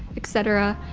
et cetera.